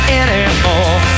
anymore